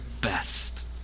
best